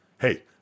hey